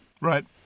Right